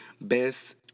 best